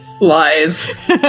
Lies